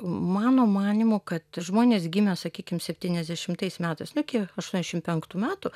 m mano manymu kad žmonės gimę sakykim septyniasdešimtais metais nu kie aštuoniasdešim penktų metų